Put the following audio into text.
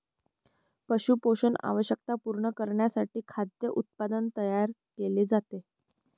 पशु पोषण आवश्यकता पूर्ण करण्यासाठी खाद्य उत्पादन तयार केले जाते